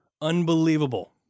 unbelievable